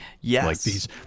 Yes